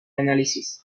análisis